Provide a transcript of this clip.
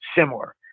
similar